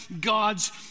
god's